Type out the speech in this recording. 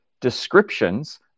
descriptions